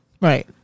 Right